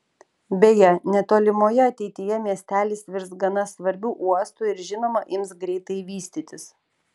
beje netolimoje ateityje miestelis virs gana svarbiu uostu ir žinoma ims greitai vystytis